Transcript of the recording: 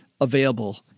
available